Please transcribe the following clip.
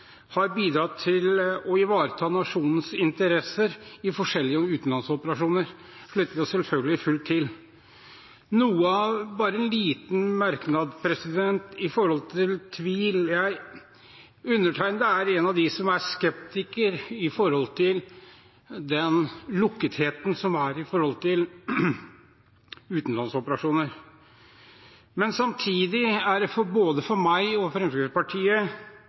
har bidratt til å ivareta nasjonens interesser i forskjellige utenlandsoperasjoner. Det slutter vi oss selvfølgelig fullt til. Bare en liten merknad når det gjelder tvil: Undertegnede er en av dem som er skeptiker med tanke på den lukketheten som er rundt utenlandsoperasjoner. Men samtidig er det viktig, både for meg og Fremskrittspartiet,